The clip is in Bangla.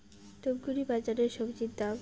ধূপগুড়ি বাজারের স্বজি দাম?